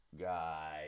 Guy